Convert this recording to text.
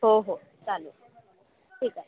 हो हो चालेल ठीक आहे